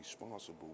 responsible